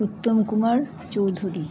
Uttam Kumar Chowdhury